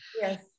Yes